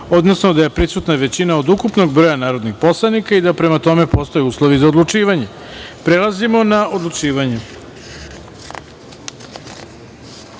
odnosno da je prisutna većina od ukupnog broja narodnih poslanika i da, prema tome, postoje uslovi za odlučivanje. Prelazimo na odlučivanje. Prva